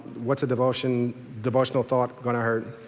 what's a devotional devotional thought gonna hurt?